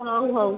ହୋଉ ହୋଉ